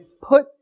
put